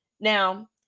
now